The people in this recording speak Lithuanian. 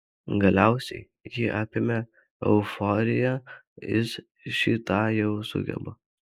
galiausiai jį apėmė euforija jis šį tą jau sugeba